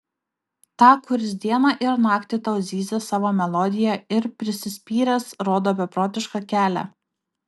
tą kuris dieną ir naktį tau zyzia savo melodiją ir prisispyręs rodo beprotišką kelią